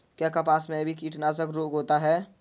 क्या कपास में भी कीटनाशक रोग होता है?